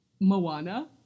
Moana